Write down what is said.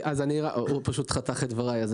פשוט חתכת את דבריי.